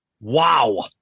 Wow